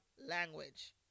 language